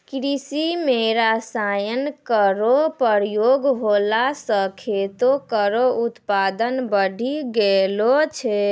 कृषि म रसायन केरो प्रयोग होला सँ खेतो केरो उत्पादन बढ़ी गेलो छै